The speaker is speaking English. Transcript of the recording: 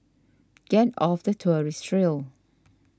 get off the tourist trail